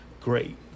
great